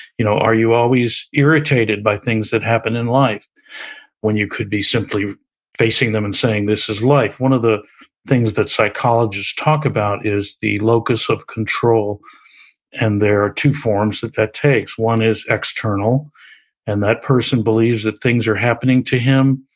you know are you always irritated by things that happen in life when you could be simply facing them and saying, this is life? one of the things that psychologists talk about is the locus of control and there are two forms that that takes. one is external and that person believes that things are happening to him,